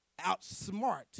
outsmart